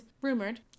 rumored